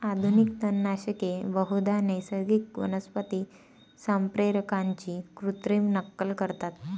आधुनिक तणनाशके बहुधा नैसर्गिक वनस्पती संप्रेरकांची कृत्रिम नक्कल करतात